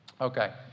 Okay